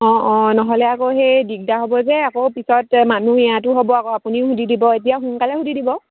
অঁ অঁ নহ'লে আকৌ সেই দিগদাৰ হ'ব যে আকৌ পিছত মানুহ ইয়াতো হ'ব আকৌ আপুনিও সুধি দিব এতিয়া সোনকালে সুধি দিব